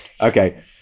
Okay